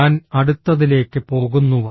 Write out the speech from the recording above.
ഞാൻ അടുത്തതിലേക്ക് പോകുന്നു